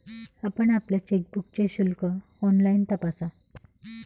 आपण आपल्या चेकबुकचे शुल्क ऑनलाइन तपासा